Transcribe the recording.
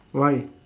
why